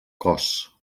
cos